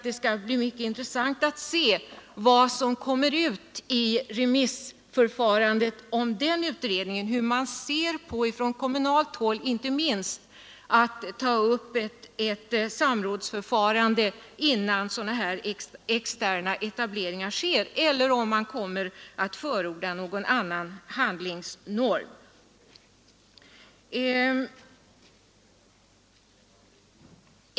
Det skall bli mycket intressant att se vad som kommer ut i remissförfarandet av den utredningen, inte minst om man på kommunalt håll vill ta upp ett samrådsförfarande innan sådana här externa etableringar sker, eller kommer att förorda någon annan handlingsnorm.